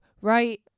right